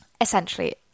essentially